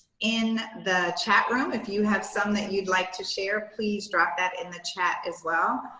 in the chat room, if you have some that you'd like to share, please drop that in the chat as well.